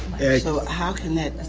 so how can that.